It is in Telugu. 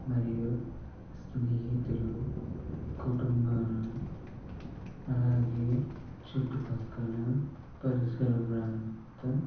మరియు స్నేహితులు కుటుంబాలు అలాగే చుట్టుపక్కల పరిసర ప్రాంత